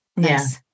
Yes